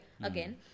again